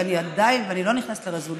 ואני עדיין לא נכנסת לרזולוציות,